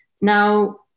Now